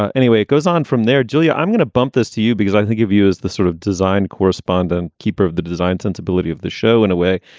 ah anyway, it goes on from there, julia. i'm going to bump this to you because i think of you as the sort of design correspondent. keeper of the design sensibility of the show in a way.